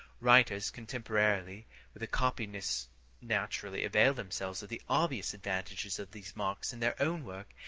writers contemporary with the copyists naturally avail themselves of the obvious advantages of these marks in their own work,